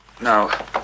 Now